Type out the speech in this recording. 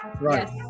Right